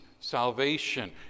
Salvation